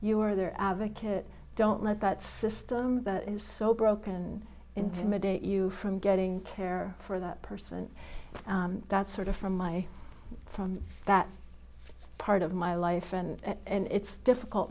you are their advocate don't let that system that is so broken and intimidate you from getting care for that person that's sort of from my from that part of my life and it's difficult